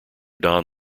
don